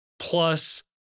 plus